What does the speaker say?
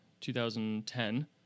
2010